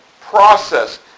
process